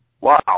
Wow